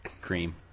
cream